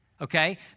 okay